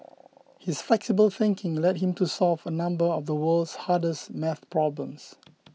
his flexible thinking led him to solve a number of the world's hardest math problems